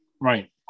right